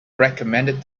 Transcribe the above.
recommended